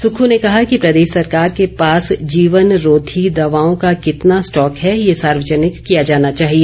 सुक्खू ने कहा कि प्रदेश सरकार के पास जीवनरोधी दवाओं का कितना स्टॉक है यह सार्वजनिक किया जाना चाहिए